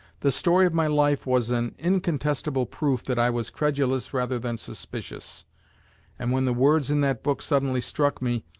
the story of my life was an incontestable proof that i was credulous rather than suspicious and when the words in that book suddenly struck me,